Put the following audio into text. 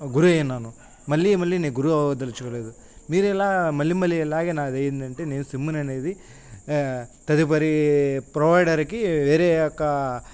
గురయ్యున్నాను మళ్ళీ మళ్ళీ నేను గురవ్వదలచుకోలేదు మీరెలా మళ్ళీ మళ్ళీ ఇలాగే నాదేంటంటే నేను సిమ్ముని అనేది తదుపరి ప్రొవైడర్కి వేరే యొక్క